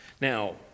Now